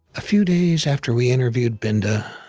a few days after we interviewed binda,